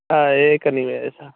हा एकः निमेषः